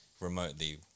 remotely